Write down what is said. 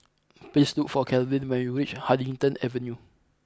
please look for Calvin when you reach Huddington Avenue